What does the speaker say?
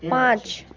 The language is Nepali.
पाँच